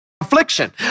affliction